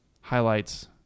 highlights